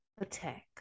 attack